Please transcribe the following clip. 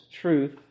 truth